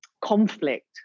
conflict